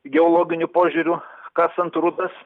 geologiniu požiūriu kasant rūdas